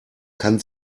kann